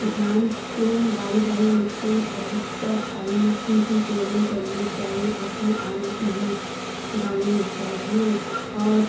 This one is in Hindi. ध्यान से बालू वाले मिट्टी में अधिकतर आलू की भी सेवन करनी चाहिए उसमें आलू कि बीज डालनी चाहिए और